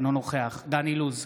אינו נוכח דן אילוז,